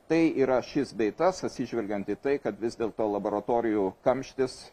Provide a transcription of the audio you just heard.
tai yra šis bei tas atsižvelgiant į tai kad vis dėlto laboratorijų kamštis